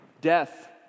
Death